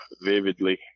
vividly